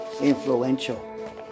influential